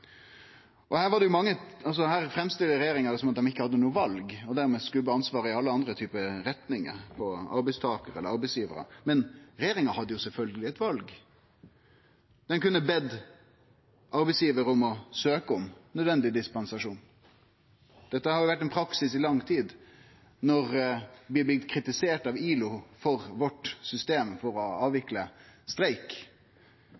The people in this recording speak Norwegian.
Her framstiller regjeringa det som om dei ikkje hadde noko val, og skubbar dermed ansvaret i alle andre retningar, på arbeidstakarar eller arbeidsgivarar. Men regjeringa hadde sjølvsagt eit val. Ein kunne bedt arbeidsgivar søke om nødvendig dispensasjon. Dette har vore praksis i lang tid. Når vi har blitt kritiserte av ILO for vårt system for å